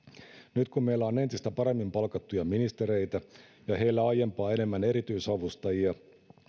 nyt kun meillä on entistä paremmin palkattuja ministereitä ja heillä aiempaa enemmän erityisavustajia